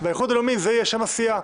וזה יהיה שם הסיעה.